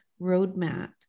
roadmap